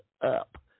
Up